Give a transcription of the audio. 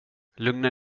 lugna